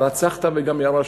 הרצחת וגם ירשת.